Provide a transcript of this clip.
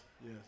yes